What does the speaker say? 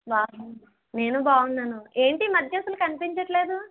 బాగున్నాను నేను బాగున్నాను ఏంటి ఈ మధ్య అసలు కనిపించడం లేదు